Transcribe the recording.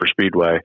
Speedway